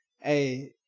hey